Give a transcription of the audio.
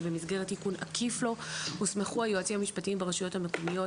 שבמסגרת תיקון עקיף לו הוסמכו היועצים המשפטיים ברשויות המקומיות